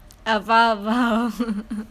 ah faham faham